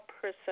person